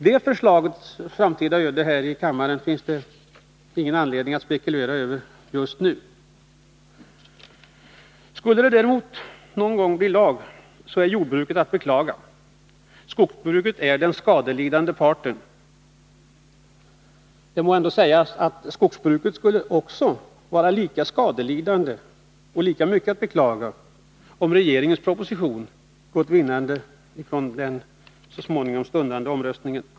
Det förslagets framtida öde här i kammaren finns det ingen anledning att spekulera över just nu. Skulle förslaget emellertid någon gång bli lag, så är skogsbruket att beklaga. Skogsbruket är den skadelidande parten. Det må dock sägas att skogsbruket skulle ha varit lika mycket att beklaga, om regeringens proposition skulle ha gått vinnande från den så småningom stundande omröstningen.